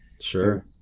sure